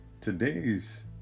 Today's